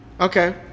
Okay